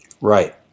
Right